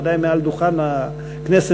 ודאי על דוכן הכנסת,